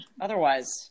otherwise